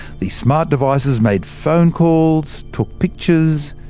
the smart devices made phone calls, took pictures,